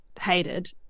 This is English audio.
hated